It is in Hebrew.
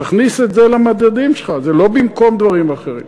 תכניס את זה למדדים שלך, זה לא במקום דברים אחרים.